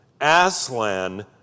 Aslan